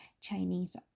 chinese